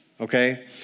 okay